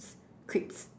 crisps